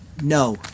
No